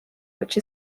which